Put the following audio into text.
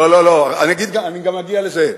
לא, לא, אני גם אגיע לזה.